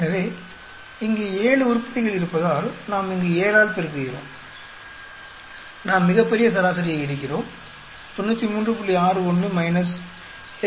எனவே இங்கே 7 உருப்படிகள் இருப்பதால் நாம் இங்கு 7 ஆல் பெருக்குகிறோம் நாம் மிகப் பெரிய சராசரியை எடுக்கிறோம் 93